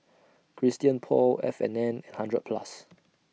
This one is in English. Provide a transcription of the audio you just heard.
Christian Paul F and N and hundred Plus